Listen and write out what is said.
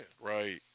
Right